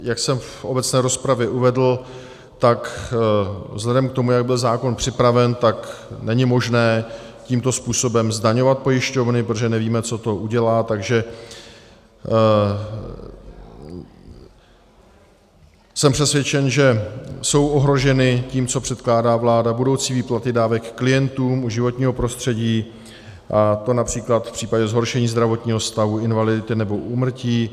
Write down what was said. Jak jsem v obecné rozpravě uvedl, vzhledem k tomu, jak byl zákon připraven, tak není možné tímto způsobem zdaňovat pojišťovny, protože nevíme, co to udělá, takže jsem přesvědčen, že jsou ohroženy tím, co předkládá vláda, budoucí výplaty dávek klientům u životního prostředí , a to například v případě zhoršení zdravotního stavu, invalidity nebo úmrtí.